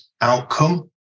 outcome